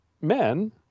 men